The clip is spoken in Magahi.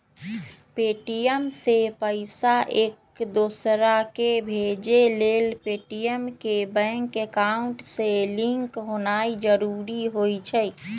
पे.टी.एम से पईसा एकदोसराकेँ भेजे लेल पेटीएम के बैंक अकांउट से लिंक होनाइ जरूरी होइ छइ